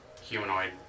humanoid